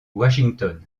washington